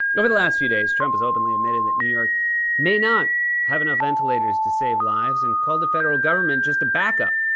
over the last few days, trump has openly admitted that new york may not have enough ventilators to save lives and called the federal government just a backup.